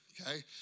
okay